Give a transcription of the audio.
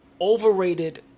Overrated